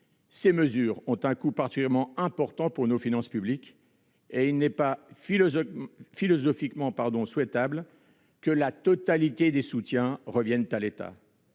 telles mesures ont un coût particulièrement important pour nos finances publiques et il n'est pas « philosophiquement » souhaitable que la totalité des dispositifs de soutien revienne à l'État.